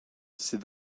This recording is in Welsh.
sydd